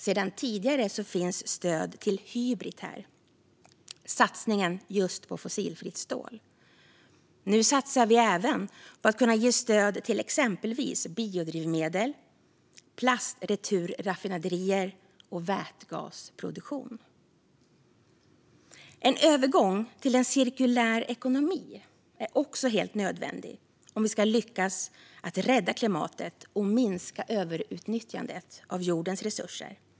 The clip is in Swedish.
Sedan tidigare finns stöd till Hybrit, satsningen just på fossilfritt stål. Nu satsar vi även på att kunna ge stöd till exempelvis biodrivmedel, plastreturraffinaderier och vätgasproduktion. En övergång till en cirkulär ekonomi är också helt nödvändig om vi ska lyckas rädda klimatet och minska överutnyttjandet av jordens resurser.